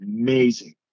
amazing